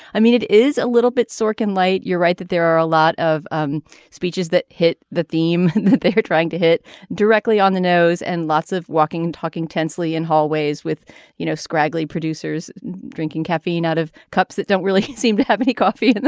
i mean it is a little bit sorkin lite. you're right that there are a lot of um speeches that hit that theme that they are trying to hit directly on the nose and lots of walking and talking tensely in hallways with you know scraggly producers drinking caffeine out of cups that don't really seem to have any coffee.